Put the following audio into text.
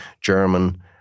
German